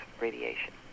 radiation